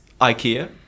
Ikea